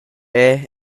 era